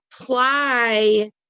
apply